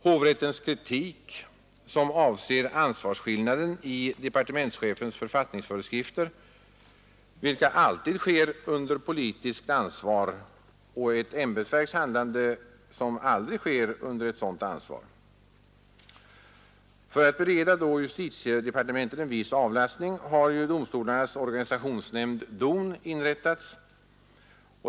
Hovrättens kritik avser ansvarsskillnaden mellan departementschefens verksamhet, vilken alltid sker under politiskt ansvar, och ett ämbetsverks handlande, som aldrig sker under ett sådant ansvar. För att bereda justitiedepartementet en viss avlastning har således domstolarnas organisationsnämnd, DON, inrättats.